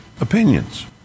opinions